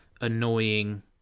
annoying